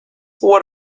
what